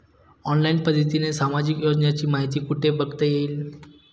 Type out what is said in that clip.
Online पद्धतीने सामाजिक योजनांची माहिती कुठे बघता येईल?